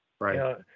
Right